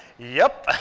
yep.